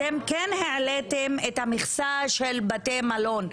אתם כן העליתם את המכסה של בתי מלון,